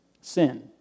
sin